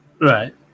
right